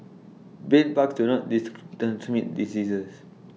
bedbugs do not transmit diseases